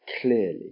clearly